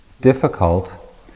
difficult